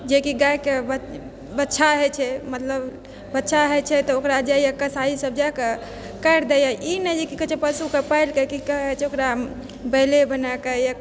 जे कि गायके बच्छा होइ छै मतलब बच्छा होइ छै तऽ ओकरा जाइए कसाइ सब जाकऽ काटि देइए ई नहि जे कहै छै पशुके पालिके कि कहे छै ओकरा बैले बनाकऽ यऽ